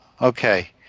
Okay